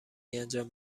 انجام